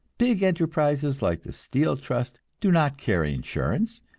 big enterprises like the steel trust do not carry insurance,